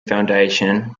foundation